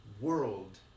world